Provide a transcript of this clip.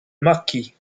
marquis